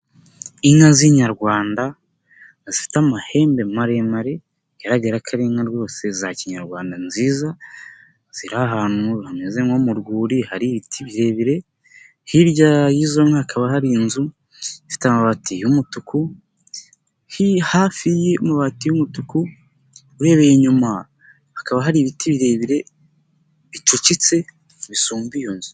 Inka z'inyarwanda zifite amahembe maremare, bigaragara ko ari inka za kinyarwanda nziza, ziri ahantu hameze nko mu rwuri hari ibiti birebire. Hirya y'izo nka, hakaba hari inzu ifite amabati y'umutuku, hafi y'amabati y'umutuku urebeye inyuma hakaba hari ibiti birebire bicukitse bisumba iyo inzu.